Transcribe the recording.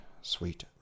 sweet